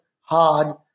hard